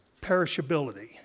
perishability